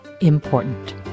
important